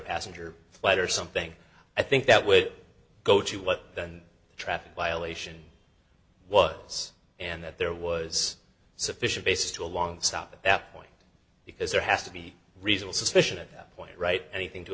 passenger flight or something i think that would go to what the traffic violation was and that there was sufficient basis to a long stop at that point because there has to be reasonable suspicion at that point right anything to